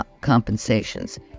compensations